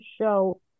show